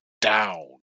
down